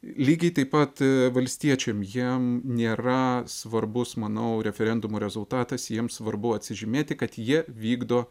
lygiai taip pat valstiečiam jiem nėra svarbus manau referendumo rezultatas jiems svarbu atsižymėti kad jie vykdo